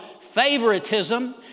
favoritism